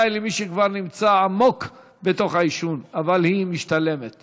למרות שהטבק נשאף דרך מים.